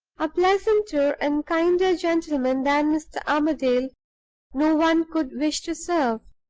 a pleasanter and kinder gentleman than mr. armadale no one could wish to serve.